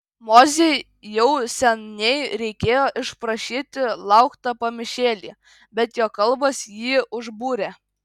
mozei jau seniai reikėjo išprašyti lauk tą pamišėlį bet jo kalbos jį užbūrė